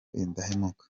indahemuka